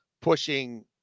pushing